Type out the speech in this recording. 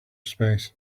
space